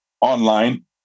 online